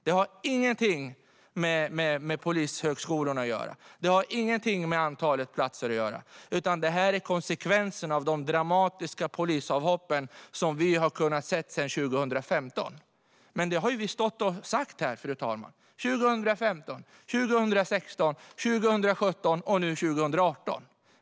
Det har ingenting med polishögskolan och antalet platser där att göra, utan det här är konsekvensen av de dramatiska polisavhoppen som vi har kunnat se sedan 2015. Detta har vi stått här och sagt, fru talman, 2015, 2016, 2017 och nu 2018.